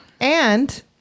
And-